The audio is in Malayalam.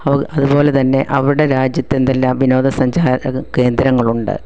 അത് അതുപോലെ തന്നെ അവരുടെ രാജ്യത്ത് എന്തെല്ലാം വിനോദ സഞ്ചാര കേന്ദ്രങ്ങളുണ്ട്